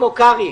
רב,